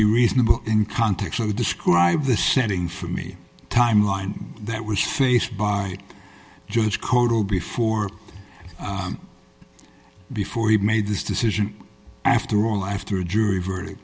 be reasonable in context so describe the setting for me timeline that was faced by judge cotto before before he made this decision after all after a jury verdict